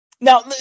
now